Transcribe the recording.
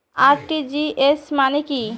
RTGS মানে কি?